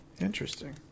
Interesting